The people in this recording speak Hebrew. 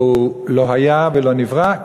לא היה ולא נברא.